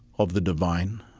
of the divine,